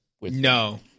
No